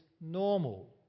normal